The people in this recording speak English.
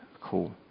cool